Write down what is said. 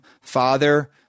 father